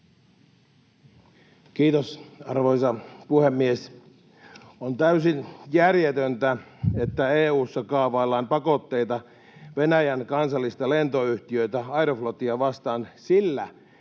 Kiitos, arvoisa puhemies! On täysin järjetöntä, että EU:ssa kaavaillaan pakotteita Venäjän kansallista lentoyhtiötä Aeroflotia vastaan sillä